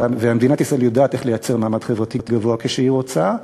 ומדינת ישראל יודעת איך לייצר מעמד חברתי גבוה כשהיא רוצה.